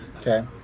okay